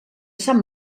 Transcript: sant